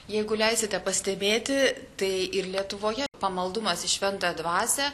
jeigu leisite pastebėti tai ir lietuvoje pamaldumas į šventą dvasią